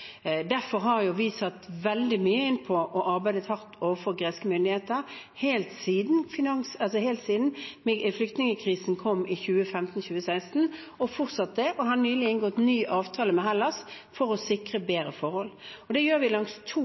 Derfor har vi satt veldig mye inn på å arbeide hardt overfor greske myndigheter helt siden flyktningkrisen kom i 2015/2016, og vi gjør fortsatt det. Vi har nylig inngått en ny avtale med Hellas for å sikre bedre forhold, og det gjør vi langs to